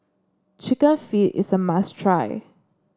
chicken feet is a must try